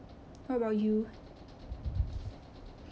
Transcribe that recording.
how about you